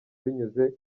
binyuze